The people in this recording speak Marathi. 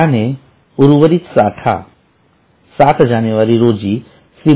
त्याने उर्वरित साठा ७ जानेवारी रोजी श्री